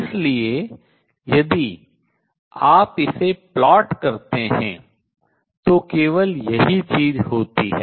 इसलिए यदि आप इसे आरेखित करते हैं तो केवल यही चीज होती है